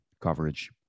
coverage